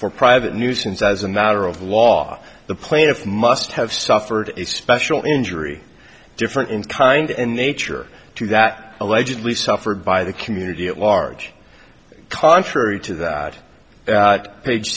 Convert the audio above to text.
for private nuisance as a matter of law the plaintiff must have suffered a special injury different in kind in nature to that allegedly suffered by the community at large contrary to that